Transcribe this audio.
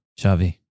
Shavi